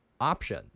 option